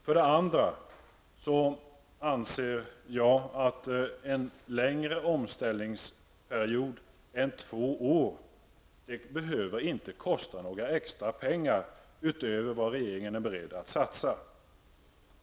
För det andra anser jag att en längre omställningsperiod än två år inte behöver kosta några extra pengar utöver vad regeringen är beredd att satsa.